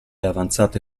avanzate